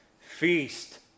feast